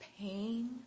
pain